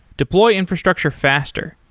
deploy infrastructure faster.